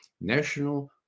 National